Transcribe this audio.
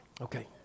Okay